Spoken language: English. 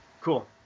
Cool